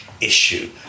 issue